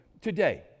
today